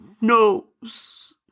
knows